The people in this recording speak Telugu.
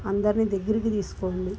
అందర్నీ దగ్గరికి తీసుకోండి